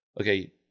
okay